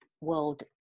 world